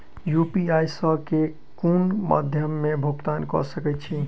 UPI सऽ केँ कुन मध्यमे मे भुगतान कऽ सकय छी?